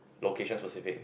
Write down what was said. location specific